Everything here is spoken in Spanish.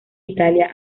italia